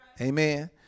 Amen